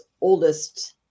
oldest